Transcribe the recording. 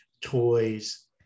toys